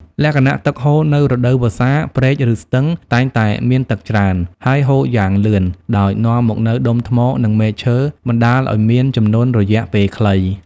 លក្ខណៈទឹកហូរនៅរដូវវស្សា ព្រែក ឬស្ទឹងតែងតែមានទឹកច្រើន ហើយហូរយ៉ាងលឿន ដោយនាំមកនូវដុំថ្ម និងមែកឈើ បណ្តាលឱ្យមាន ជំនន់រយៈពេលខ្លី។